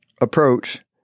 approach